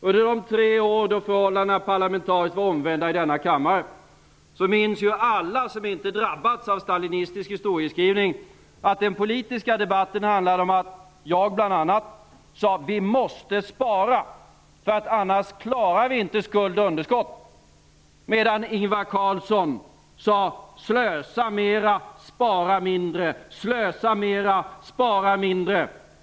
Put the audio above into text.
Under de tre år som de parlamentariska förhållandena var omvända i denna kammare minns ju alla som inte drabbats av stalinistisk historieskrivning att de politiska debatterna handlade om att bl.a. jag sade att vi måste spara, för annars klarar vi inte skuld och underskott, medan Ingvar Carlsson sade: Slösa mera, spara mindre!